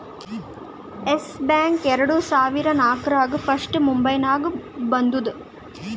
S Bank ಎರಡು ಸಾವಿರದಾ ನಾಕ್ರಾಗ್ ಫಸ್ಟ್ ಮುಂಬೈನಾಗ ಬಂದೂದ